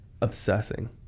obsessing